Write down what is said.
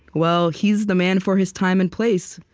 well, he's the man for his time and place,